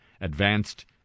Advanced